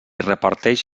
reparteix